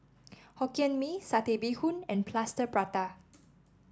Hokkien Mee Satay Bee Hoon and Plaster Prata